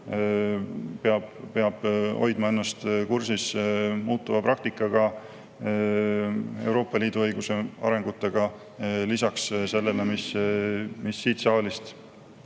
peab hoidma ennast kursis muutuva praktikaga ning Euroopa Liidu õiguse arenguga lisaks sellele, mis siit saalist